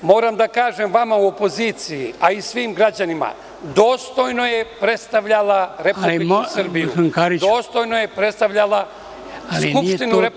Moram da kažem vama u opoziciji, a i svim građanima, dostojno je predstavljala Republiku Srbiju, dostojno je predstavljala Skupštinu Srbije.